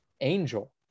Angel